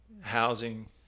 housing